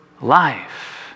life